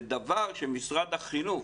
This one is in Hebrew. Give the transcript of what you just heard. זה דבר שמשרד החינוך